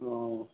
हूँ